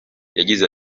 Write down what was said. yagize